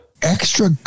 Extra